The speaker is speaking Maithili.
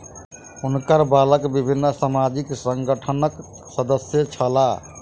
हुनकर बालक विभिन्न सामाजिक संगठनक सदस्य छला